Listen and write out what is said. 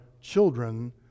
children